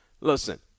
Listen